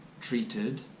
treated